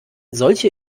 solche